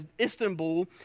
Istanbul